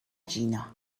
جینا